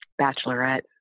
Bachelorette